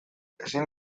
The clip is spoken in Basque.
ezin